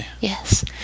Yes